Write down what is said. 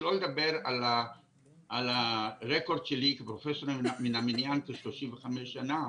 שלא נדבר על הרקורד שלי כפרופסור מן המניין 35 שנה